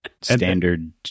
standard